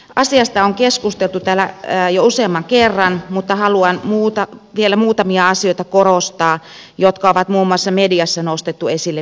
asiasta on keskusteltu täällä jo useamman kerran mutta haluan vielä korostaa muutamia asioita jotka on muun muassa mediassa nostettu esille viime aikoina